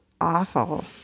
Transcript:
awful